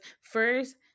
first